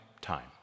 time